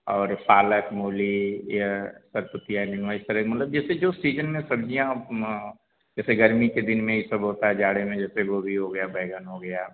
और पालक मूली या सरपुतिया निमुया मतलब जैसे जो सीजन में सब्ज़ियाँ आप म जैसे गर्मी के दिन में यह सब होता है जाड़े में जैसे गोभी हो गया बैंगन हो गया